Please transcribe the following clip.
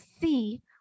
see